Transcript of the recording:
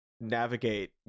navigate